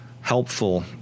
helpful